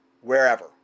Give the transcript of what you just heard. wherever